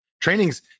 trainings